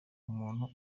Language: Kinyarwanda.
umuntu